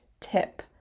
tip